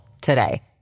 today